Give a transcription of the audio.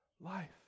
life